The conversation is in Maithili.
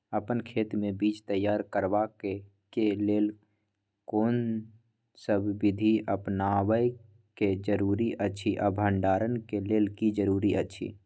अपन खेत मे बीज तैयार करबाक के लेल कोनसब बीधी अपनाबैक जरूरी अछि आ भंडारण के लेल की जरूरी अछि?